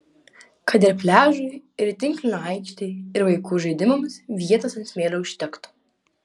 kad ir pliažui ir tinklinio aikštei ir vaikų žaidimams vietos ant smėlio užtektų